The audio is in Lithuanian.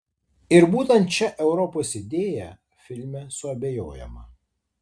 ir būtent šia europos idėja filme suabejojama